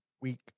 week